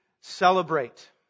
celebrate